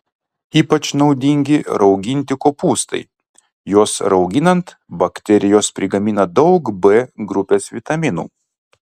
ypač naudingi rauginti kopūstai juos rauginant bakterijos prigamina daug b grupės vitaminų